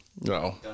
No